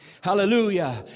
Hallelujah